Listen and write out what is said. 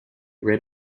rid